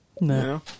No